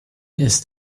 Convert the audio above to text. ist